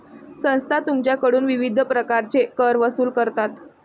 संस्था तुमच्याकडून विविध प्रकारचे कर वसूल करतात